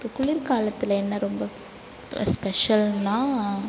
இப்போ குளிர் காலத்தில் என்ன ரொம்ப இப்போ ஸ்பெஷல்ன்னா